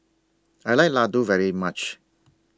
I like Laddu very much